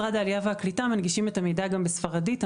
שלושה ברוסית ומשרד העלייה והקליטה מנגיש את המידע גם בספרדית,